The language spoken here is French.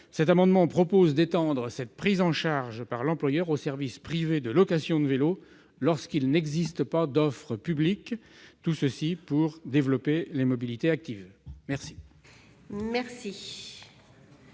Cet amendement tend à étendre cette prise en charge par l'employeur aux services privés de location de vélos lorsqu'il n'existe pas d'offre publique, et ce pour développer les mobilités actives. Quel